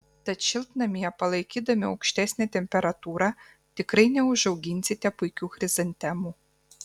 tad šiltnamyje palaikydami aukštesnę temperatūrą tikrai neužauginsite puikių chrizantemų